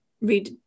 read